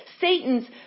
Satan's